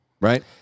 right